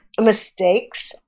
mistakes